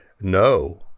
no